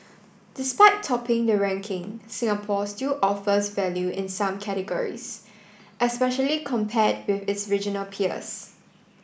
despite topping the ranking Singapore still offers value in some categories especially compared with its regional peers